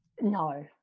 No